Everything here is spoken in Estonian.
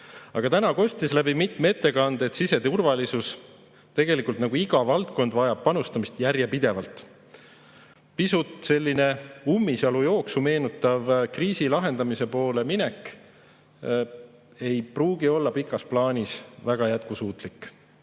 Aga täna kostis läbi mitme ettekande, et siseturvalisus nagu iga valdkond vajab panustamist järjepidevalt. Pisut nagu ummisjalu jooksu meenutav kriisi lahendamise poole minek ei pruugi olla pikas plaanis väga jätkusuutlik.